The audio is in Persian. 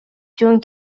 جون